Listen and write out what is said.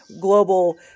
global